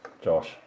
Josh